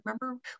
remember